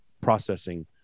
processing